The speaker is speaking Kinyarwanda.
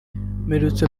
mperutse